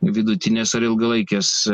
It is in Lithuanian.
vidutinės ar ilgalaikės